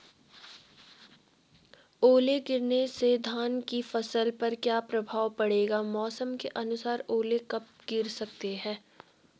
ओले गिरना से धान की फसल पर क्या प्रभाव पड़ेगा मौसम के अनुसार ओले कब गिर सकते हैं?